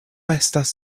estas